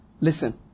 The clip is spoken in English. Listen